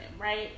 right